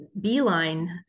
beeline